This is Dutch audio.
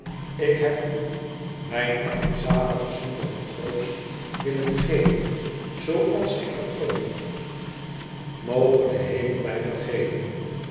ik heb u mijn armzaligen zondigen troost willen geven zooals ik dat kon moge de hemel mij vergeven